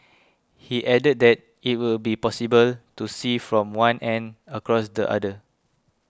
he added that it will be possible to see from one end across to the other